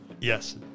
Yes